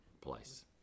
place